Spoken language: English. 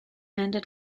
ended